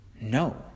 no